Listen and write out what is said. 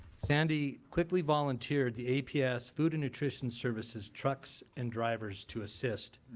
sandy quickly volunteered the aps food and nutrition services trucks and drivers to assist.